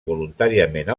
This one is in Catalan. voluntàriament